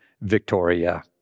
Victoria